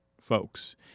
folks